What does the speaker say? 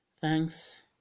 thanks